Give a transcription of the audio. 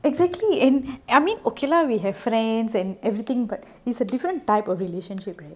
exactly and I mean okay lah we have friends and everything but it's a different type of relationship